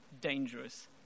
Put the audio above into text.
dangerous